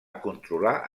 controlar